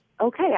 okay